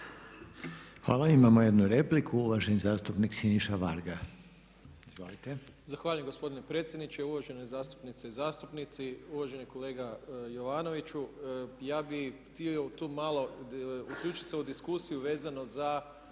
Hvala. Imamo jednu repliku, uvaženi zastupnik Siniša Varga. Izvolite. **Varga, Siniša (SDP)** Zahvaljujem gospodine predsjedniče, uvažene zastupnice i zastupnici. Uvaženi kolega Jovanoviću, ja bih htio tu malo uključit se u diskusiju vezano za